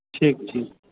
ठीक ठीक